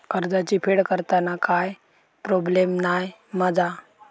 कर्जाची फेड करताना काय प्रोब्लेम नाय मा जा?